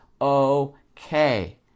okay